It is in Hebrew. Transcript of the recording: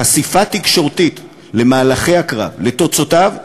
חשיפה תקשורתית למהלכי הקרב, לתוצאותיו,